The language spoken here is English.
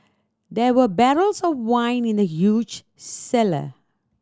there were barrels of wine in the huge cellar